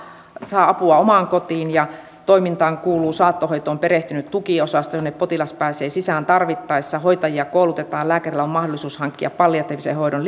saa apua omaan kotiin ja toimintaan kuuluu saattohoitoon perehtynyt tukiosasto jonne potilas pääsee sisään tarvittaessa hoitajia koulutetaan lääkäreillä on mahdollisuus hankkia palliatiivisen hoidon